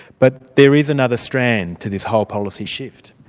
but there is another strand to this whole policy shift.